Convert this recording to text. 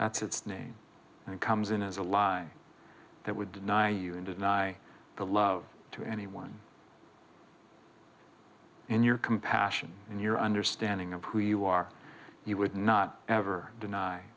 its name and comes in as a lie that would deny you and deny the love to anyone in your compassion in your understanding of who you are you would not ever deny